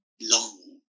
long